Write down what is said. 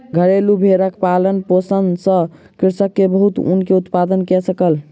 घरेलु भेड़क पालन पोषण सॅ कृषक के बहुत ऊन के उत्पादन कय सकल